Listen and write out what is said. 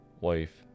Wife